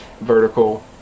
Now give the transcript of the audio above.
vertical